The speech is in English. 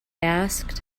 asked